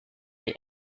die